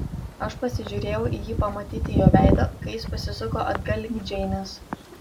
aš pasižiūrėjau į jį pamatyti jo veido kai jis pasisuko atgal link džeinės